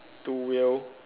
two wheel